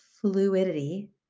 fluidity